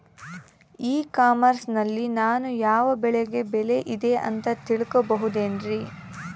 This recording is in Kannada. ಇ ಕಾಮರ್ಸ್ ನಲ್ಲಿ ನಾವು ಯಾವ ಬೆಳೆಗೆ ಬೆಲೆ ಇದೆ ಅಂತ ತಿಳ್ಕೋ ಬಹುದೇನ್ರಿ?